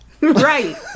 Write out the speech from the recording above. Right